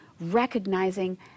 recognizing